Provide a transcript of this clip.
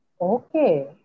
Okay